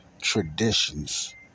traditions